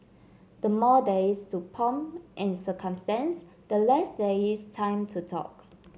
the more there is to pomp and circumstance the less there is time to talk